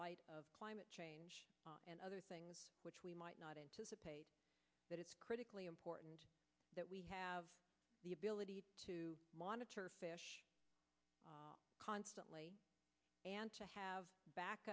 light of climate change and other things which we might not anticipate that it's critically important that we have the ability to monitor constantly and to have back